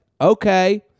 Okay